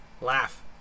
laugh